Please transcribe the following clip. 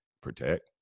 protect